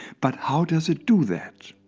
but how does it do that?